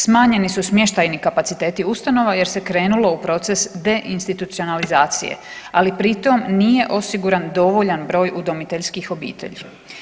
Smanjeni su smještajni kapaciteti ustanova jer se krenulo u proces deinstitucionalizacije, ali pri tom nije osiguran dovoljan broj udomiteljskih obitelji.